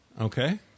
Okay